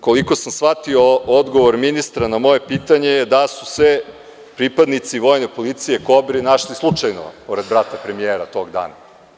Koliko sam shvatio odgovor ministra na moje pitanje je da su se pripadnici Vojne policije i „Kobre“ našli slučajno pored brata premijera tog dana.